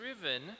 driven